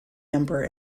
number